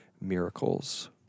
miracles